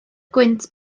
gwynt